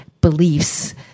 beliefs